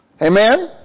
Amen